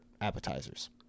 appetizers